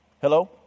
Hello